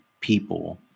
people